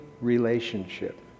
relationship